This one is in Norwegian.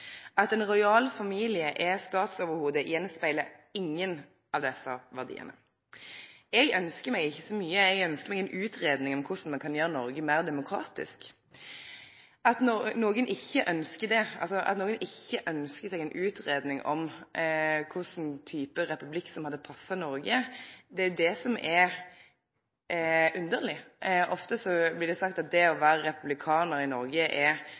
At ein rojal familie er statsoverhovud, gjenspeglar ingen av desse verdiane. Eg ynskjer meg ikkje så mykje, eg ynskjer meg ei utgreiing av korleis me kan gjere Noreg meir demokratisk. At nokon ikkje ynskjer ei utgreiing av kva slags type republikk som hadde passa Noreg, er underleg. Ofte blir det sagt at det å vere republikanar i Noreg er radikalt. Eg meiner at det å vere tilhengar av at ein familie gjennom ei arverekke skal vere statsoverhovud i Noreg, er